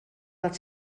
del